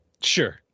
Sure